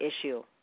issue